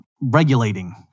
regulating